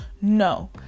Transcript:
no